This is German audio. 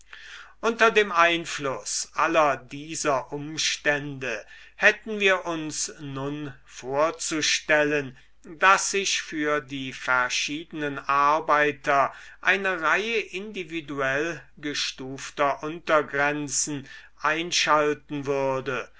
unter dem einfluß aller dieser umstände hätten wir ung nun vorzustellen daß sich für die verschiedenen arbeiter eine reihe individuell gestufter untergrenzen einschalten würde